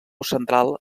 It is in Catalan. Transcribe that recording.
central